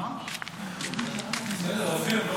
בסדר, אופיר, לא נשארה מכסה.